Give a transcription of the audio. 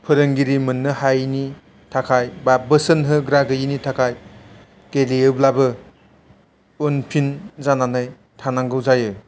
फोरोंगिरि मोन्नो हायैनि थाखाय बा बोसोन होग्रा गोयैनि थाखाय गेलेयोब्लाबो उनफिन जानानै थानांगौ जायो